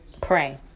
Pray